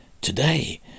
today